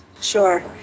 Sure